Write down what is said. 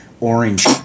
orange